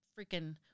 freaking